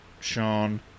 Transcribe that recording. Sean